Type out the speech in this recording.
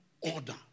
order